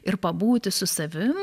ir pabūti su savim